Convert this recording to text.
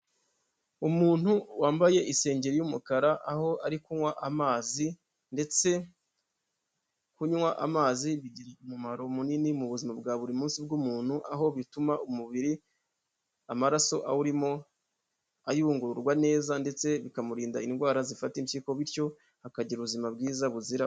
Umuntu wambaye isenge y'umukara aho ari kunywa amazi ndetse kunywa amazi bigira umumaro munini mu buzima bwa buri munsi bw'umuntu, aho bituma umubiri amaraso awurimo ayungururwa neza ndetse bikamurinda indwara zifata impyiko bityo akagira ubuzima bwiza buzirara umuze.